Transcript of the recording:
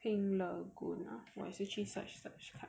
pink lagoon ah 我现在去 search search 看